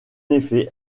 effet